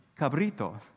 cabrito